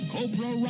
Cobra